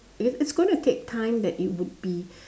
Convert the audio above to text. because it's going to take time that it would be